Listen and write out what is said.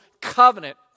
covenant